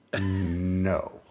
No